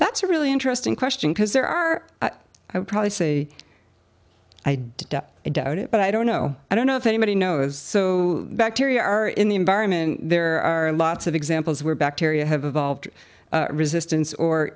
that's a really interesting question because there are i would probably say i do doubt it but i don't know i don't know if anybody knows so bacteria are in the environment there are lots of examples where bacteria have evolved resistance or